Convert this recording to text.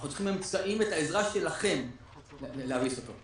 אנחנו צריכים אמצעים ואת העזרה שלכם כדי להביס אותו.